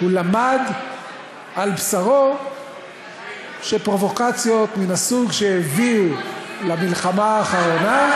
הוא למד על בשרו שפרובוקציות מן הסוג שהביא למלחמה האחרונה,